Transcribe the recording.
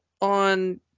on